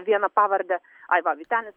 vieną pavardę ai va vytenis